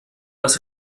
das